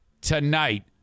tonight